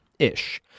ish